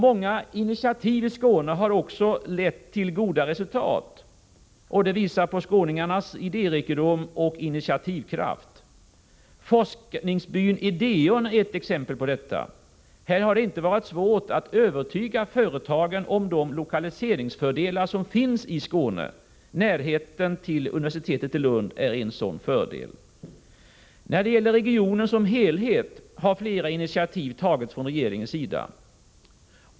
Många initiativ som tagits i Skåne har ju lett till goda resultat. Det visar på skåningarnas idérikedom och initiativkraft. Forskningsbyn Ideon är ett exempel på detta. I det sammanhanget har det inte varit svårt att övertyga företagen om de lokaliseringsfördelar som finns i Skåne. Närheten till universitetet i Lund är ett exempel. När det gäller regionen som helhet har flera initiativ tagits från regeringens 23 sida.